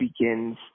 begins